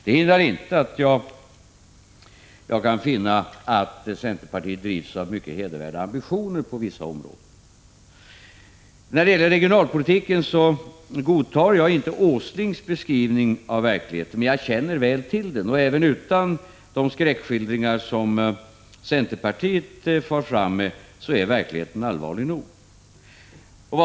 Det hindrar inte att jag kan finna att centerpartiet drivs av mycket hedervärda ambitioner på vissa områden. När det gäller regionalpolitik godtar jag inte Nils Åslings beskrivning av verkligheten, men jag känner väl till den. Även utan de skräckskildringar som centerpartiet gör är verkligheten allvarlig nog.